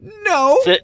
No